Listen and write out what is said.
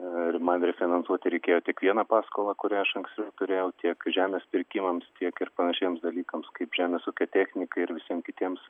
ir man refinansuoti reikėjo tik vieną paskolą kurią iš anksto turėjau tiek žemės pirkimams tiek ir panašiems dalykams kaip žemės ūkio technikai ir visiem kitiems